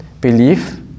belief